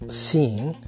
scene